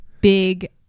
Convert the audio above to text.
big